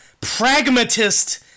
pragmatist